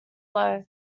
low